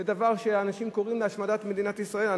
אנשים קוראים להשמדת מדינת ישראל,